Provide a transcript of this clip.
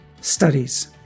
studies